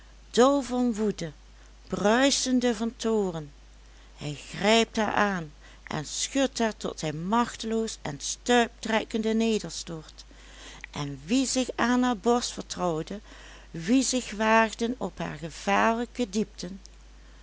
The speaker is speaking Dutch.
dol van woede bruisende van toorn hij grijpt haar aan en schudt haar tot zij machteloos en stuiptrekkende nederstort en wie zich aan haar borst vertrouwden wie zich waagden op hare gevaarlijke diepten